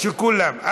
כולם.